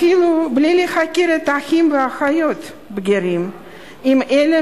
אפילו בלי להכיר אחים ואחיות בגירים אם אלה